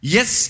Yes